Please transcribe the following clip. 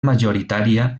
majoritària